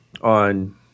on